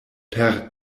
per